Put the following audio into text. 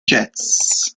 jazz